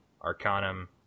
Arcanum